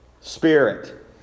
Spirit